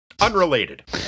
Unrelated